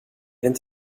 det